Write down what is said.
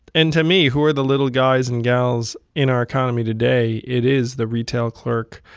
and to me, who are the little guys and gals in our economy today? it is the retail clerk,